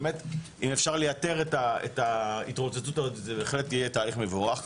אז באמת אם אפשר לייתר את ההתרוצצות הזו זה בהחלט יהיה תהליך מבורך.